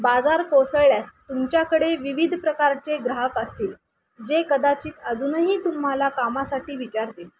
बाजार कोसळल्यास तुमच्याकडे विविध प्रकारचे ग्राहक असतील जे कदाचित अजूनही तुम्हाला कामासाठी विचारतील